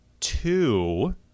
Two